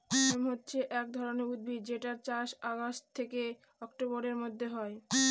hemp হছে এক ধরনের উদ্ভিদ যেটার চাষ অগাস্ট থেকে অক্টোবরের মধ্যে হয়